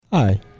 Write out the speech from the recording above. Hi